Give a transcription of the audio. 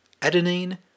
adenine